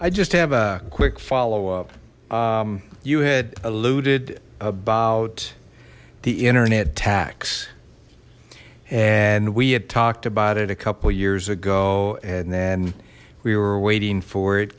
i just have a quick follow up you had alluded about the internet tax and we had talked about it a couple years ago and then we were waiting for it